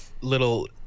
little